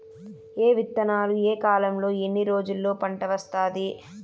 ఏ విత్తనాలు ఏ కాలంలో ఎన్ని రోజుల్లో పంట వస్తాది?